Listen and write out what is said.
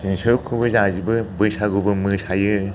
जों सोबखौबो जाजोबो बैसागुबो मोसायो